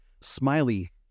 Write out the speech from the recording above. smiley